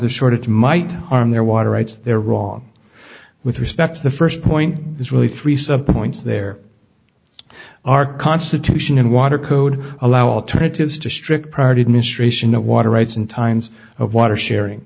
of shortage might harm their water rights they're wrong with respect to the first point is really three some points there are constitution and water code allow alternatives to strict party administration of water rights in times of water sharing